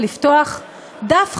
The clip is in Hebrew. ולפתוח דף חדש,